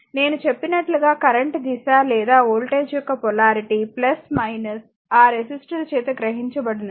నేను చెప్పినట్లుగా కరెంట్ దిశ లేదా వోల్టేజ్ యొక్క పొలారిటీ ఆ రెసిస్టర్ చేత గ్రహించబడినది